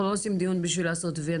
אנחנו לא עושים דיון בשביל לעשות "וי".